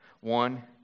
One